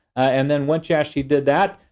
and then once you actually did that,